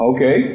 Okay